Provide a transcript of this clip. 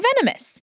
venomous